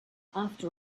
after